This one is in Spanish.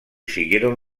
siguieron